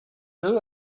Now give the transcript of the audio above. who